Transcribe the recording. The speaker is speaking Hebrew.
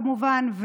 כמובן,